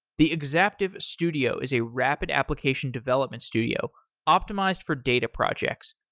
the exaptive studio is a rapid application development studio optimized for data projects.